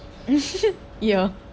ya